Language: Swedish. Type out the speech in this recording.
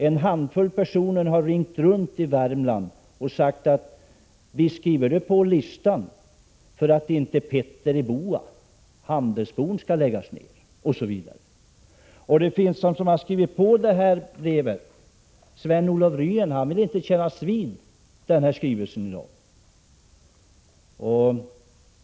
En handfull personer har ringt runt i Värmland och sagt: Visst skriver du på listan för att inte Petter i boa, handelsboden, skall tvingas lägga ner, osv. Det finns de som skrivit på brevet som inte vill kännas vid det i dag — Sven-Olof Ryen är en av dem.